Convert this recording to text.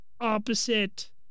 opposite